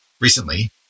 recently